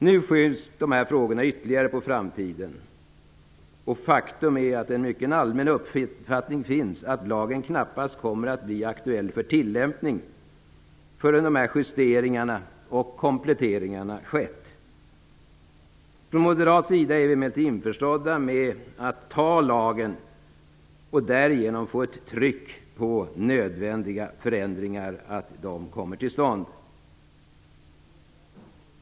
Nu skjuts de här frågorna ytterligare på framtiden, och faktum är att en mycket allmän uppfattning finns att lagen knappast kommer att bli aktuell för tillämpning förrän de här justeringarna och kompletteringarna skett. Från moderat sida är vi emellertid införstådda med att anta lagen och därigenom få ett tryck på att nödvändiga förändringar kommer till stånd.